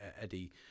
Eddie